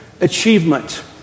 achievement